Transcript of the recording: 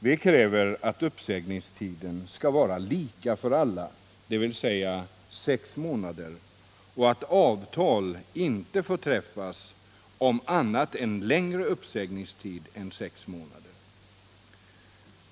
Vi kräver att uppsägningstiden skall vara lika för alla, dvs. sex månader, och att avtal inte får träffas om annat än längre uppsägningstid än sex månader.